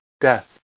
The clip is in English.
death